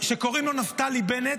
שקוראים לו נפתלי בנט,